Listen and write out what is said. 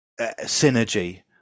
synergy